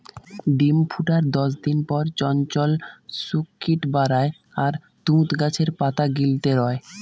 ডিম ফুটার দশদিন পর চঞ্চল শুক কিট বারায় আর তুত গাছের পাতা গিলতে রয়